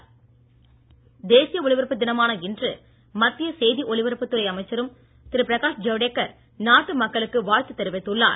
பிரகாஷ் ஜவடேகர் தேசிய ஒலிபரப்பு தினமான இன்று மத்திய செய்தி ஒலிபரப்புத் துறை அமைச்சர் திரு பிரகாஷ் ஜவடேகர் நாட்டு மக்களுக்கு வாழ்த்து தெரிவித்துள்ளார்